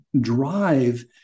drive